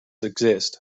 exist